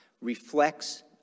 reflects